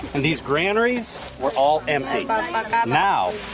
these granaries were all empty. but now,